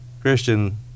Christian